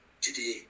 today